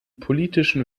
politischen